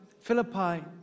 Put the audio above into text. Philippi